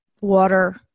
water